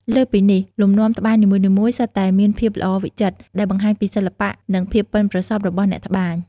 លើសពីនេះ លំនាំត្បាញនីមួយៗសុទ្ធតែមានភាពល្អវិចិត្រ ដែលបង្ហាញពីសិល្បៈនិងភាពប៉ិនប្រសប់របស់អ្នកត្បាញ។